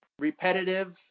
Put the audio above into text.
repetitive